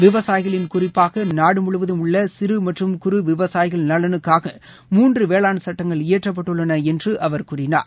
விவசாயிகளின் குறிப்பாக நாடு முழுவதும் உள்ள சிறு மற்றும் குறு விவசாயிகள் நலனுக்காக மூன்று வேளாண் சட்டங்கள் இயற்றப்பட்டுள்ளன என்று அவர் கூறினார்